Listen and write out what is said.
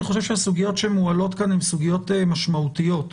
אני חושב שהסוגיות שמועלות כאן הם סוגיות משמעותיות,